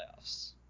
playoffs